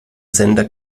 sender